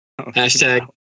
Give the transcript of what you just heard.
Hashtag